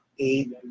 Eight